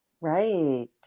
right